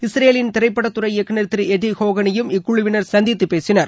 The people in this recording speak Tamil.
இஸ்ரேலின் திரைப்பட துறை இயக்குநர் திரு எட்டி கோஹனையும் இக்குழுவினர் சந்தித்து பேசினர்